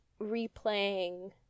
replaying